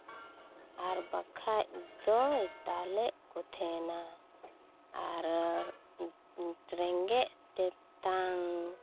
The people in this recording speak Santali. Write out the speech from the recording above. ᱟᱨ ᱵᱟᱠᱷᱟᱱ ᱫᱚ ᱫᱟᱞᱮᱫ ᱠᱚ ᱛᱟᱦᱮᱱᱟ ᱟᱨ ᱨᱮᱸᱜᱮᱡ ᱛᱮᱛᱟᱝ